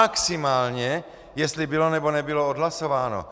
Maximálně jestli bylo, nebo nebylo odhlasováno.